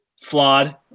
flawed